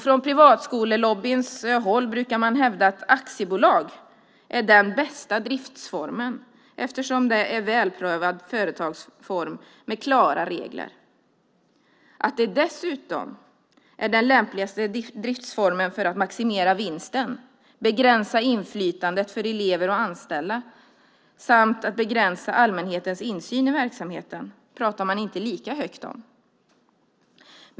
Från privatskolelobbyns håll brukar man hävda att aktiebolag är den bästa driftsformen eftersom det är en välprövad företagsform med klara regler. Att det dessutom är den lämpligaste driftsformen för att maximera vinsten, begränsa inflytandet för elever och anställda samt begränsa allmänhetens insyn i verksamheten pratar man inte lika högt om.